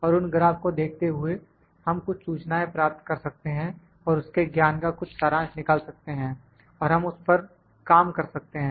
और उन ग्राफ़ को देखते हुए हम कुछ सूचना प्राप्त कर सकते हैं और उसके ज्ञान का कुछ सारांश निकाल सकते हैं और हम उस पर काम कर सकते हैं